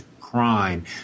crime